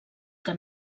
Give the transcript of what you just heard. que